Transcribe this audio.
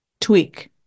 tweak